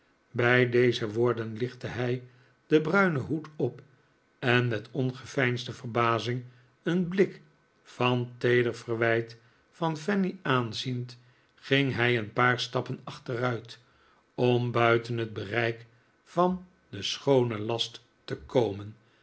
bij deze woorden lichtte hij den bruinen hoed op en met ongeveinsde verbazing een blik van feeder verwijt van fanny aanziend ging hij een paar stappen achteruit om buiten het bereik van den schoonen last te komen